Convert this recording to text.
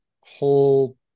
whole